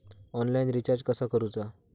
Online recharge कसा करूचा?